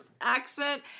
accent